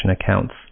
accounts